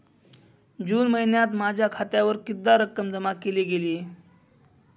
जून महिन्यात माझ्या खात्यावर कितीदा रक्कम जमा केली गेली?